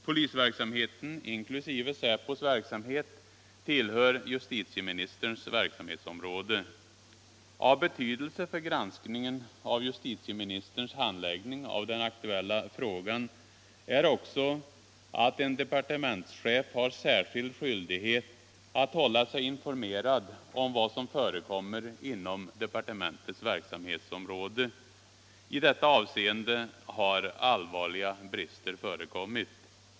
Polisverksamheten, inklusive säpos verksamhet, tillhör justitieministerns verksamhetsområde. Av betydelse för granskningen av justitieministerns handläggning av den aktuella frågan är också att en departementschef har särskild skyldighet att hålla sig informerad om vad som förekommer inom departementets verksamhetsområde. I detta avseende har allvarliga brister förekommit.